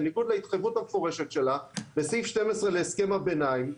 בניגוד להתחייבות המפורשת שלה בסעיף 12 להסכם הביניים.